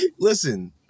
Listen